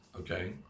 okay